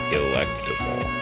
electable